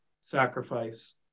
sacrifice